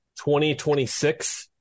2026